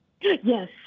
Yes